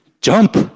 jump